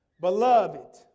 Beloved